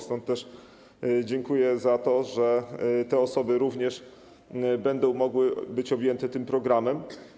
Stąd też dziękuję za to, że te osoby również będą mogły być objęte tym programem.